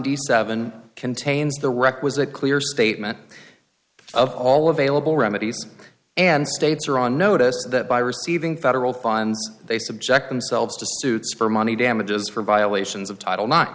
to seven contains the requisite clear statement of all available remedies and states are on notice that by receiving federal funds they subject themselves to suits for money damages for violations of title n